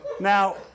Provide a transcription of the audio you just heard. now